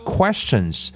questions